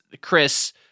Chris